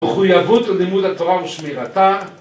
‫מחויבות ללימוד התורה ושמירתה.